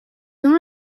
dans